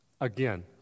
Again